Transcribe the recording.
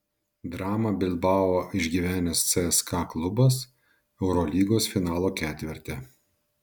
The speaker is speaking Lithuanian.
dramą bilbao išgyvenęs cska klubas eurolygos finalo ketverte